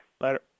Later